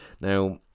Now